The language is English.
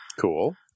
Cool